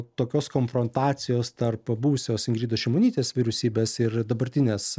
tokios konfrontacijos tarp buvusios ingridos šimonytės vyriausybės ir dabartinės